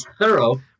thorough